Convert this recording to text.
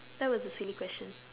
that was a silly question